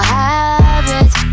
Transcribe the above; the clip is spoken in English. habits